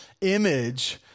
image